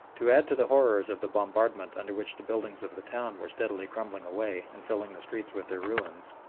to add to the horrors of the bombardment under which the buildings of the town were steadily crumbling away and filling the streets with their ruins,